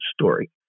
story